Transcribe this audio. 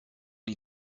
die